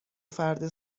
فرد